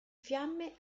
fiamme